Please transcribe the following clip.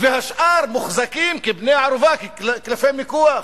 והשאר מוחזקים כבני ערובה, כקלפי מיקוח.